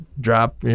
drop